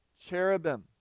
cherubim